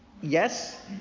Yes